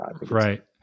right